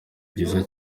byiza